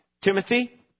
Timothy